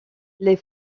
les